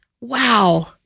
Wow